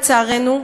לצערנו,